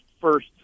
first